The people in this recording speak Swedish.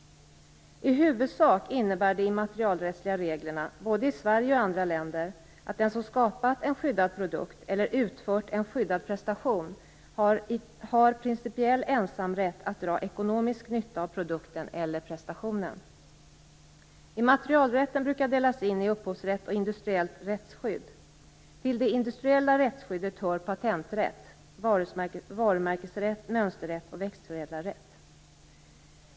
I huvudsak innebär de immaterialrättsliga reglerna - både i Sverige och i andra länder - att den som skapat en skyddad produkt eller utfört en skyddad prestation har principiell ensamrätt att dra ekonomisk nytta av produkten eller prestationen. Immaterialrätten brukar delas in i upphovsrätt och industriellt rättsskydd. Till det industriella rättsskyddet hör patenträtt, varumärkesrätt, mönsterrätt och växtförädlarrätt.